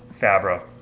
Fabro